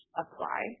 apply